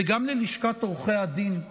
וגם ללשכת עורכי הדין,